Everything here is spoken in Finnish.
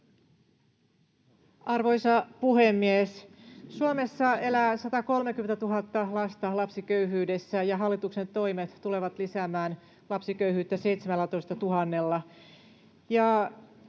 Arvoisa puhemies! Suomessa elää 130 000 lasta lapsiköyhyydessä, ja hallituksen toimet tulevat lisäämään lapsiköyhyyttä 17 000:lla.